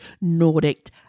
Nordic